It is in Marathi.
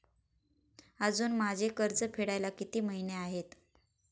अजुन माझे कर्ज फेडायला किती महिने आहेत?